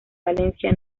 valencia